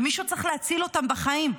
ומישהו צריך להציל אותן בחיים.